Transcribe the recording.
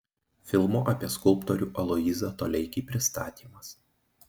filmo apie skulptorių aloyzą toleikį pristatymas